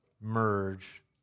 merge